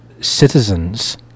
citizens